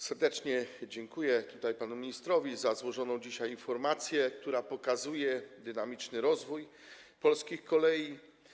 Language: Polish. Serdecznie dziękuję panu ministrowi za złożoną dzisiaj informację, która pokazuje dynamiczny rozwój polskich kolei.